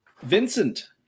Vincent